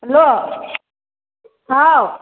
hello how